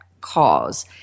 cause